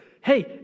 hey